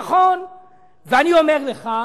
ואני אומר לך,